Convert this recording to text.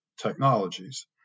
technologies